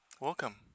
Welcome